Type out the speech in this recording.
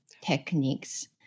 techniques